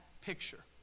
picture